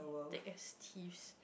thick as thieves